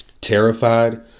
terrified